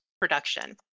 production